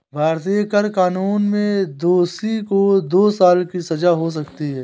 भारतीय कर कानून में दोषी को दो साल की सजा हो सकती है